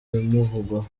bimuvugwaho